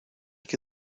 que